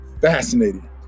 Fascinating